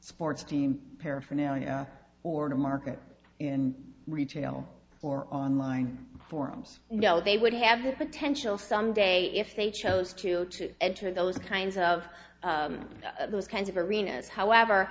sports team paraphernalia or to market and retail or online forums know they would have the potential someday if they chose to to enter those kinds of those kinds of arenas however